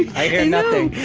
i hear nothing.